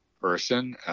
person